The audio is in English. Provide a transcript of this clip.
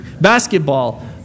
Basketball